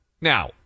now